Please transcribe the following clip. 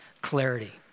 clarity